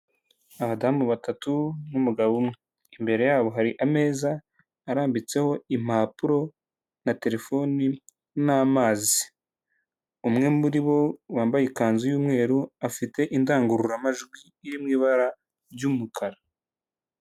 Abadamu batatu n'umugabo umwe, imbere yabo hari ameza arambitseho impapuro na telefoni n'amazi, umwe muri bo wambaye ikanzu y'umweru, afite indangururamajwi iri mu ibara ry'umukara.